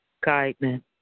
guidance